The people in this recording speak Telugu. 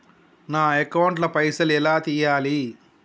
నా అకౌంట్ ల పైసల్ ఎలా తీయాలి?